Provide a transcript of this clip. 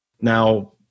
Now